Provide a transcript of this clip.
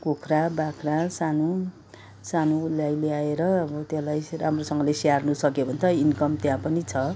कुखुरा बाख्रा सानो सानोलाई ल्याएर अब त्यसलाई राम्रोसँगले स्याहार्नु सक्यो भने त इन्कम त्यहाँ पनि छ